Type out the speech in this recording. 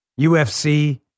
UFC